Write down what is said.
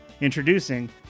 Introducing